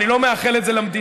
אני לא מאחל את זה למדינה,